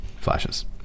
flashes